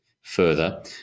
further